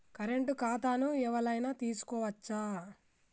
Current ఖాతాను ఎవలైనా తీసుకోవచ్చా?